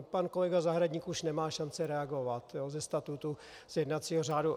Pan kolega Zahradník už nemá šanci reagovat ze statutu jednacího řádu.